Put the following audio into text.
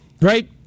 Right